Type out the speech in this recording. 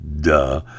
Duh